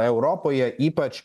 europoje ypač